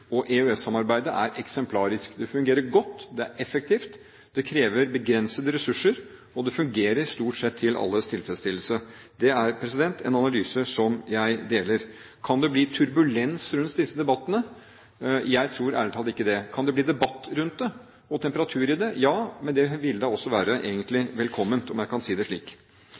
og EØS-samarbeidet er eksemplarisk. Det fungerer godt, det er effektivt, det krever begrensede ressurser, og det fungerer stort sett til alles tilfredsstillelse. Det er en analyse som jeg deler. Kan det bli turbulens rundt disse debattene? Jeg tror ærlig talt ikke det. Kan det bli debatt rundt det og temperatur i det? Ja, men det ville også egentlig være velkomment – om jeg kan si det slik.